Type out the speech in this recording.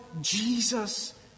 Jesus